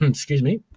um excuse me,